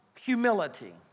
humility